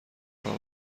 راه